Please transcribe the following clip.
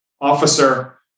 officer